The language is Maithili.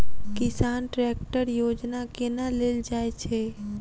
किसान ट्रैकटर योजना केना लेल जाय छै?